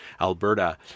Alberta